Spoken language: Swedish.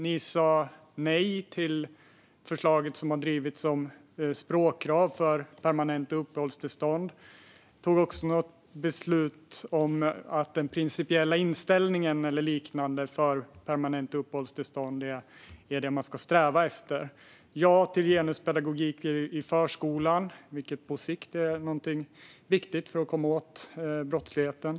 Ni sa nej till det förslag som har drivits om språkkrav för permanenta uppehållstillstånd. Det togs också något beslut om att den principiella inställningen eller liknande för permanenta uppehållstillstånd är det man ska sträva efter. Ni sa ja till genuspedagogik i förskolan, vilket på sikt är viktigt för att komma åt brottsligheten.